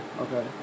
Okay